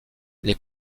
les